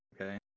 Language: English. okay